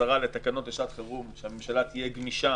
בחזרה לתקנות לשעת חירום שהממשלה תהיה גמישה